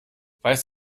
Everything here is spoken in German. weißt